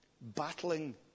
battling